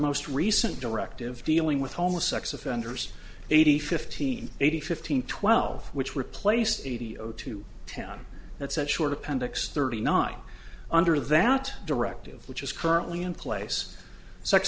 most recent directive dealing with homeless sex offenders eighty fifteen eighty fifteen twelve which were placed eighty zero to town that said short appendix thirty nine under that directive which is currently in place sex